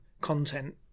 content